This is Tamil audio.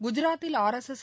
குஜராத்தில் ஆர்எஸ்எஸ்